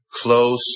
close